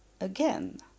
again